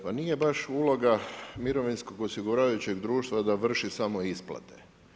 Pa nije baš uloga mirovinskog osiguravajućeg društva da vrši samo isplate.